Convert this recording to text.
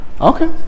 Okay